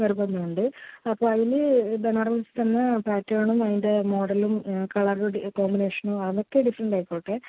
നിർബന്ധമുണ്ട് അപ്പോൾ അതിൽ ബനാറസ് തന്നെ പാറ്റേണും അതിൻറ്റെ മോഡലും കളർ കോമ്പിനേഷനും അതൊക്കെ ഡിഫറെൻറ്റായിക്കോട്ടെ